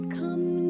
come